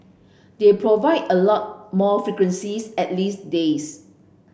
they provide a lot more frequencies at least days